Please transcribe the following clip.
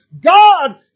God